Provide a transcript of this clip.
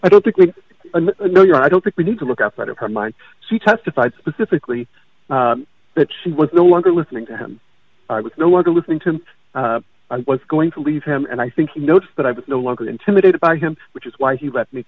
i don't think we know you i don't think we need to look outside of her mind she testified specifically that she was no longer listening to him i was no longer listening to him i was going to leave him and i think he noticed that i was no longer intimidated by him which is why he left me